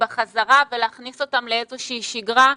בחזרה ולהכניס אותם לאיזה שהיא שגרה.